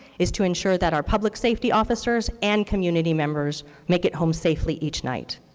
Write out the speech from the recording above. is to ensure that our public safety officers and community members make it home safely each night.